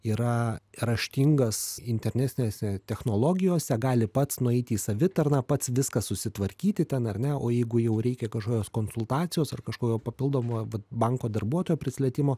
yra raštingas internetinėse technologijose gali pats nueiti į savitarną pats viską susitvarkyti ten ar ne o jeigu jau reikia kažkokios konsultacijos ar kažkokio papildomo banko darbuotojo prisilietimo